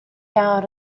down